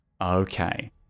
Okay